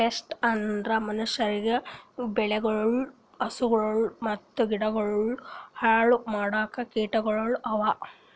pest ಅಂದುರ್ ಮನುಷ್ಯರಿಗ್, ಬೆಳಿಗೊಳ್, ಹಸುಗೊಳ್ ಮತ್ತ ಗಿಡಗೊಳ್ ಹಾಳ್ ಮಾಡೋ ಕೀಟಗೊಳ್ ಅವಾ